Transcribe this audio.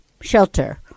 shelter